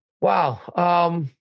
Wow